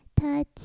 touch